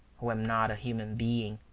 who am not a human being,